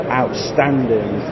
outstanding